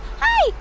hi.